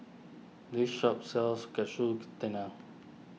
this shop sells Katsu Tendon